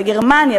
בגרמניה,